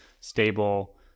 stable